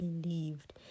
believed